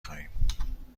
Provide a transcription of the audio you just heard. خواهیم